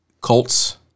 Colts